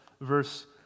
verse